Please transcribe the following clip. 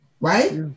right